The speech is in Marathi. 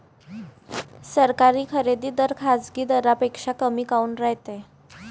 सरकारी खरेदी दर खाजगी दरापेक्षा कमी काऊन रायते?